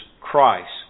Christ